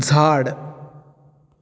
झाड